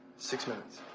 six minutes.